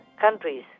countries